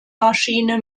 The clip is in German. maschine